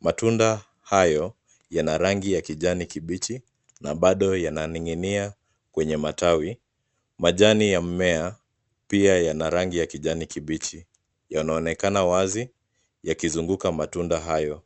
Matunda hayo yana rangi ya kijani kibichi na bado yananig'inia kwenye matawi. Majani ya mmea pia yana rangi ya kijani kibichi. Yanaonekana wazi yakizunguka matunda.